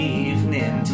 evening